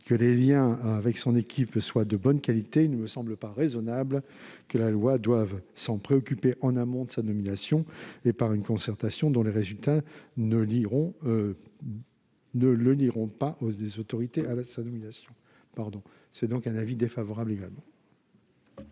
que les liens avec son équipe soient de bonne qualité, il ne me semble pas raisonnable que la loi doive s'en préoccuper en amont de sa nomination, par une concertation dont les résultats ne lieront pas les autorités de nomination. La commission émet donc un avis défavorable sur cet